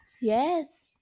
Yes